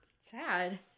Sad